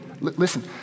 Listen